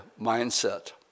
mindset